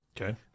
Okay